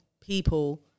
people